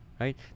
right